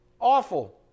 Awful